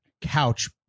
couch